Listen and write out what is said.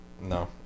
No